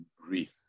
breathe